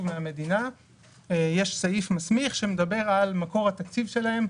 מהמדינה יש סעיף מסמיך שמדבר על מקור התקציב שלהם,